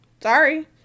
Sorry